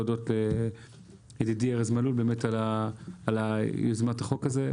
להודות לידידי ארז מלול על היוזמה בהגשת החוק הזה.